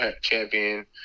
champion